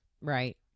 right